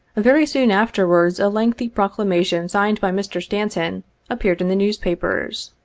very soon afterwards a lengthy proclamation signed by mr. stanton appeared in the newspapers.